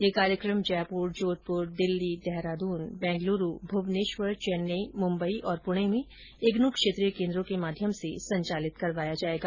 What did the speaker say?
यह कार्यक्रम जयपुर र्जोधपुर दिल्ली देहरादून बैंगलूरू भुवनेश्वर चैन्नई मुंबई और पुणे में इग्नू क्षेत्रीय केन्द्रों के माध्यम से संचालित करवाया जाएगा